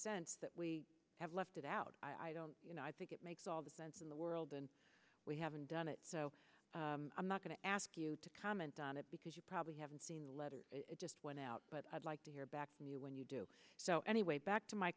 sense that we have left it out i don't you know i think it makes all the sense in the world and we haven't done it so i'm not going to ask you to comment on it because you probably haven't seen the letter it just went out but i'd like to hear back from you when you do so anyway back to my